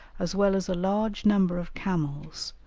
as well as a large number of camels,